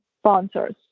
sponsors